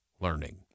learning